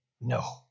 No